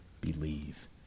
believe